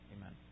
Amen